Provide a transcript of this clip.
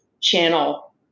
channel